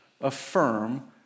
affirm